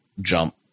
jump